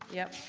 yes.